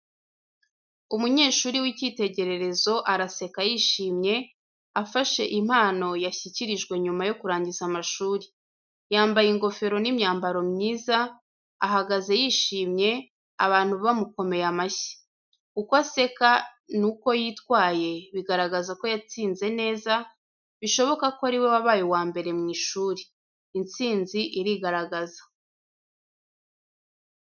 Umunyeshuri w’icyitegererezo araseka yishimye, afashe impano yashyikirijwe nyuma yo kurangiza amashuri. Yambaye ingofero n’imyambaro myiza, ahagaze yishimye, abantu bamukomeye amashyi. Uko aseka n’uko yitwaye, bigaragaza ko yatsinze neza, bishoboka ko ari we wabaye uwa mbere mu ishuri. Intsinzi irigaragaza.